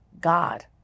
God